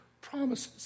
promises